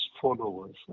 followers